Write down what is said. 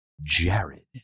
Jared